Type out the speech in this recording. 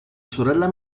sorella